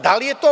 Da li je to